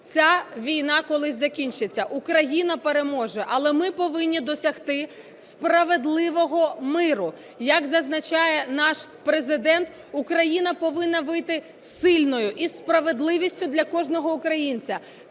ця війна колись закінчиться, Україна переможе, але ми повинні досягти справедливого миру. Як зазначає наш Президент, Україна повинна вийти сильною і зі справедливістю для кожного українця.